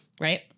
right